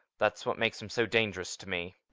that is what makes him so dangerous to me.